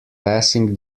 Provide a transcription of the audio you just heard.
passing